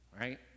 right